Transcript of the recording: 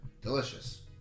Delicious